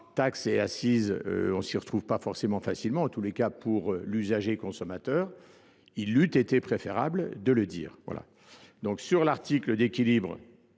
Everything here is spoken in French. taxes et assises, on ne s'y retrouve pas forcément facilement. En tous les cas, pour l'usager consommateur, il l'eût été préférable de le dire. Voilà. Donc sur l'article d'équilibre,